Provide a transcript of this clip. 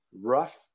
rough